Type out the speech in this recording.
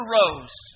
rose